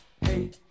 hey